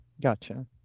Gotcha